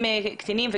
שלום.